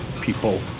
people